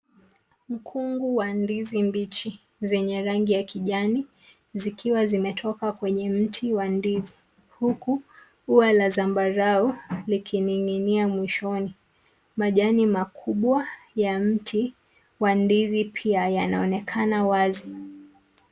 Mkungu wa ndizi mbichi zenye rangi ya kijani, zikiwa zimetoka kwenye mti wa ndizi. Huku ua la zambarau likininginia mwishoni. Majani makubwa ya mti wa ndizi pia yanaonekana wazi.